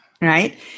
Right